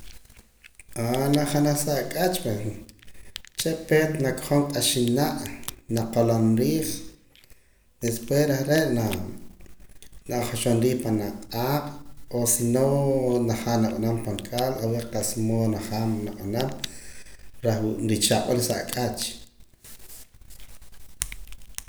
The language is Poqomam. naak janaj sa ak'ach uche' peet na kojoom k'axina' na qoloom riij después reh re' na na joxom riij panaa q'aaq' o si no na jaam na b'anam pan caldo o haber kasa mood na jaam na b'am reh richaq' wa la sa ak'ach.